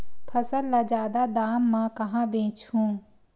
फसल ल जादा दाम म कहां बेचहु?